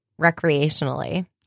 recreationally